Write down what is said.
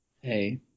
hey